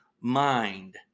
mind